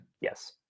Yes